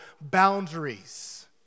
boundaries